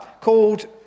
called